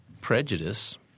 prejudice